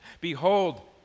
Behold